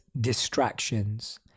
distractions